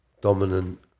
dominant